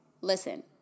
Listen